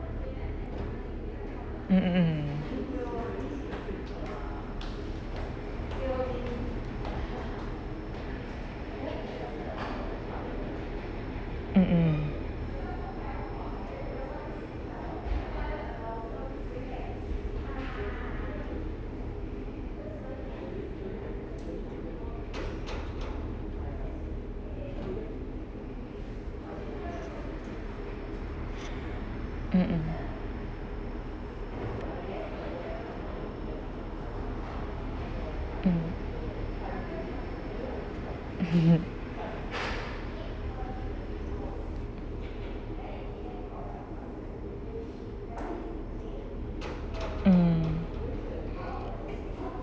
mm mm mm mm mm mm mm mm mm